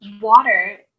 water